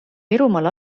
virumaal